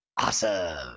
Awesome